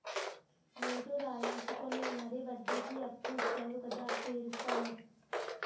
note రాయించుకుని మరీ వడ్డీకి అప్పు ఇచ్చేవు కదా తీరుస్తాం లే